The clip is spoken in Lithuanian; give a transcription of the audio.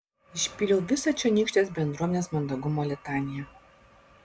išpyliau visą čionykštės bendruomenės mandagumo litaniją